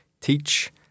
teach